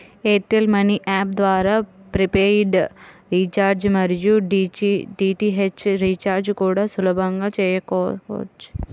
air tell money app ద్వారా prepaid recharge మరియు DTH recharge కూడా సులభంగా చేసుకోవచ్చు